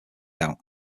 out